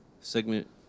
segment